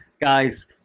Guys